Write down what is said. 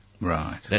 Right